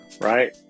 Right